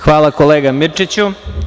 Hvala kolega Mirčiću.